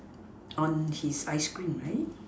on his ice cream right